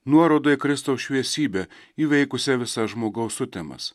nuoroda į kristaus šviesybę įveikusią visas žmogaus sutemas